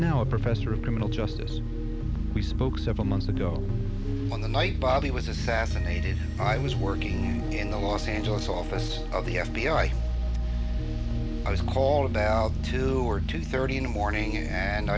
now a professor of criminal justice we spoke several months ago one the night bob he was assassinated i was working in the los angeles office of the f b i i was called out to were two thirty in the morning